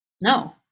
no